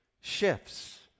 shifts